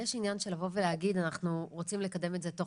יש עניין של לבוא ולהגיד אנחנו רוצים לקדם את זה תוך